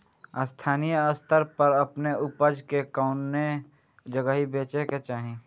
स्थानीय स्तर पर अपने ऊपज के कवने जगही बेचे के चाही?